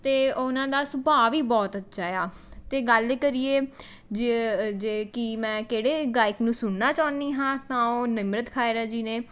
ਅਤੇ ਉਹਨਾਂ ਦਾ ਸੁਭਾਅ ਵੀ ਬਹੁਤ ਅੱਛਾ ਆ ਅਤੇ ਗੱਲ ਕਰੀਏ ਜੇ ਜੇ ਕਿ ਮੈਂ ਕਿਹੜੇ ਗਾਇਕ ਨੂੰ ਸੁਣਨਾ ਚਾਹੁੰਦੀ ਹਾਂ ਤਾਂ ਉਹ ਨਿਮਰਤ ਖਾਇਰਾ ਜੀ ਨੇ